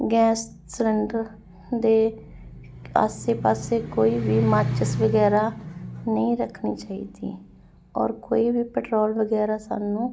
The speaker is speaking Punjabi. ਗੈਸ ਸਲੰਡਰ ਦੇ ਆਸੇ ਪਾਸੇ ਕੋਈ ਵੀ ਮਾਚਿਸ ਵਗੈਰਾ ਨਹੀਂ ਰੱਖਣੀ ਚਾਹੀਦੀ ਔਰ ਕੋਈ ਵੀ ਪੈਟਰੋਲ ਵਗੈਰਾ ਸਾਨੂੰ